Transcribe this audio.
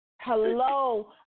Hello